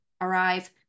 arrive